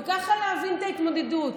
וככה להבין את ההתמודדות.